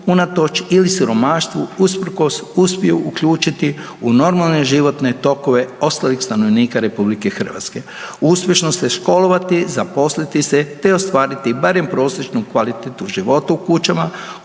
unatoč ili siromaštvu usprkos uspiju uključiti u normalan životne tokove ostalih stanovnika RH, uspješno se školovati, zaposliti se te ostvariti barem prosječnu kvalitetu života u kućama